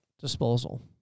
disposal